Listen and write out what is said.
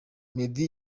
meddy